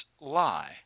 lie